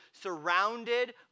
surrounded